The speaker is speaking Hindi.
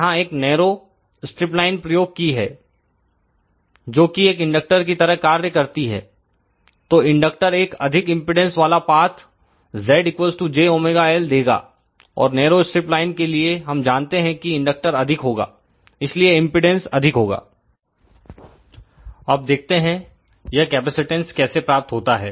यहां एक नैरो स्ट्रिपलाइन प्रयोग की है जो कि एक इंडक्टर की तरह कार्य करती है तो इंडक्टर एक अधिक इंपेडेंस वाला पाथ Z jωL देगा और नैरो स्ट्रिपलाइन के लिए हम जानते हैं कि इंडक्टर अधिक होगा इसलिए इंपेडेंस अधिक होगा अब देखते हैं यह कैपेसिटेंस कैसे प्राप्त होता है